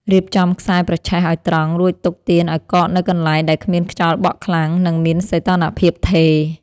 រៀបចំខ្សែប្រឆេះឱ្យត្រង់ រួចទុកទៀនឱ្យកកនៅកន្លែងដែលគ្មានខ្យល់បក់ខ្លាំង និងមានសីតុណ្ហភាពថេរ។